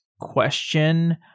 question